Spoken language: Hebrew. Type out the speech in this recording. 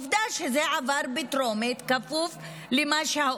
עובדה שזה עבר בטרומית, בכפוף לאוצר.